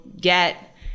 get